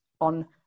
on